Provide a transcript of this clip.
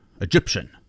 egyptian